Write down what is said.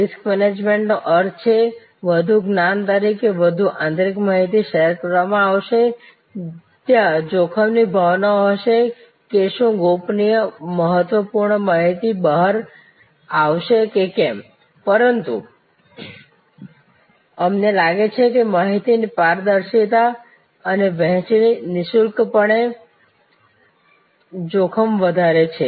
risk મેનેજમેન્ટનો અર્થ છે વધુ જ્ઞાન તરીકે વધુ આંતરિક માહિતી શેર કરવામાં આવશે ત્યાં જોખમની ભાવના હશે કે શું ગોપનીય મહત્વપૂર્ણ માહિતી બહાર આવશે કે કેમ પરંતુ અમને લાગે છે કે માહિતીની પારદર્શિતા અને વહેંચણી નિઃશંકપણે જોખમ વધારે છે